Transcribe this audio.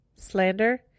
slander